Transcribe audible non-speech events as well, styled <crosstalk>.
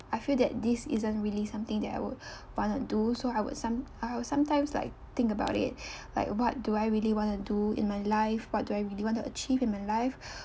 I feel that this isn't really something that I would wanna do so I would some~ I would sometimes like think about it like what do I really want to do in my life what do I really want to achieve in my life <breath>